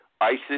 ISIS